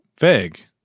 Vague